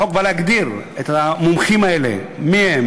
החוק בא להגדיר את המומחים האלה, מי הם?